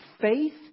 faith